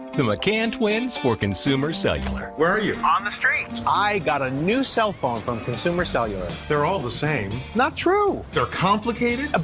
the mccann twins for consumer cellular. where are you? on the street. i got a new cell phone from consumer cellular. cellular. they're all the same. not true. they're complicated! ah